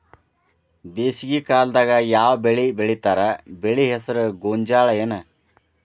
ಬೇಸಿಗೆ ಕಾಲದಾಗ ಯಾವ್ ಬೆಳಿ ಬೆಳಿತಾರ, ಬೆಳಿ ಹೆಸರು ಗೋಂಜಾಳ ಏನ್?